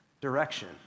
direction